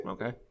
Okay